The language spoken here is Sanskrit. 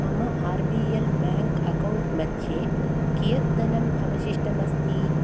मम R B L bank account मध्ये कियत् धनम् अवशिष्टम् अस्ति